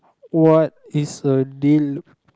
what is a deal